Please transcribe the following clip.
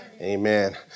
Amen